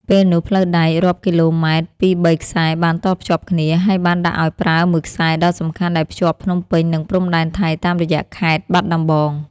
ពេលនោះផ្លូវដែករាប់គីឡូម៉ែត្រពីរបីខ្សែបានតភ្ជាប់គ្នា ហើយបានដាក់អោយប្រើមួយខ្សែដ៏សំខាន់ដែលភ្ជាប់ភ្នំពេញនិងព្រំដែនថៃតាមរយៈខេត្ត បាត់ដំបង។